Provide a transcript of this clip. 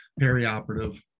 perioperative